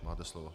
Máte slovo.